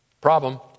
Problem